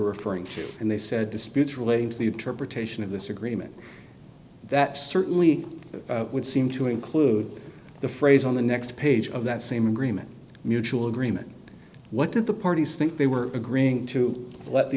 referring to and they said disputes relating to the interpretation of this agreement that certainly would seem to include the phrase on the next page of that same agreement mutual agreement what did the parties think they were agreeing to let the